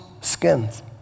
skins